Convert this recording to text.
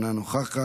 אינה נוכחת,